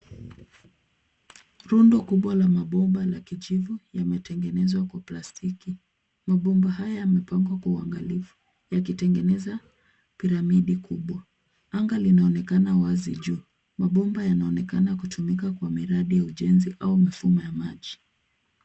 Rundo kubwa la mabomba ya kijivu yametengenezwa kwa plastiki. Mabomba haya yamepangwa kwa uangalifu yakitengeneza piramidi kubwa. Anga linaonekana wazi juu. Mabomba yanaonekana kutumika kwa miradi ya ujenzi au mifumo ya maji.